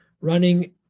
running